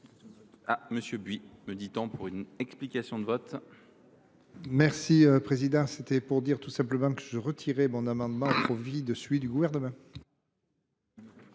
Merci